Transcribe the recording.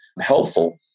helpful